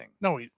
No